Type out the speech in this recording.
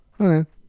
okay